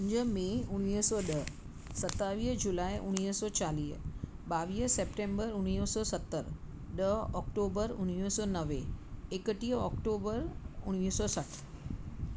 पंज मै उणवीह सौ ॾह सतावीह जुलाई उणवीह सौ चालीह ॿावीह सेप्टेम्बर उणवीह सौ सतरि ॾह ऑक्टूबर उणवीह सौ नवें एकटीह ऑक्टूबर उणवीह सौ सठि